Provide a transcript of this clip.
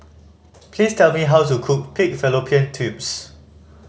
please tell me how to cook pig fallopian tubes